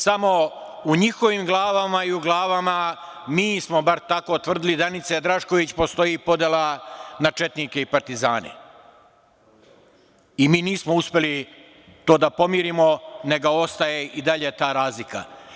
Samo u njihovim glavama i u glavi, mi smo bar tako tvrdili, Danice Drašković, postoji podela na četnike i partizane i mi nismo uspeli to da pomirimo, nego ostaje i dalje ta razlika.